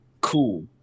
Cool